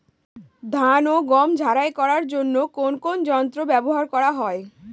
ধান ও গম ঝারাই করার জন্য কোন কোন যন্ত্র ব্যাবহার করা হয়?